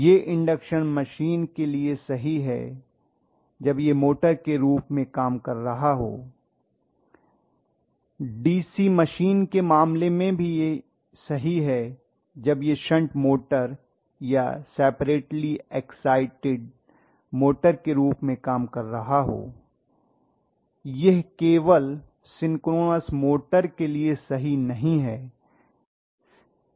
यह induction machine के लिए सही है जब यह मोटर के रूप में काम कर रहा हो डीसी मशीन के मामले में भी यह सही है जब यह शंट मोटर या सेपरेटली एक्साइटेड मोटर के रूप में काम कर रहा हो यह केवल सिंक्रोनस मोटर के लिए सही नहीं है